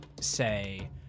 say